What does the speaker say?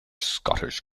scottish